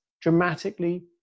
dramatically